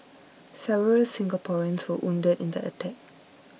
several Singaporeans were wounded in the attack